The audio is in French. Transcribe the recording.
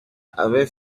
avait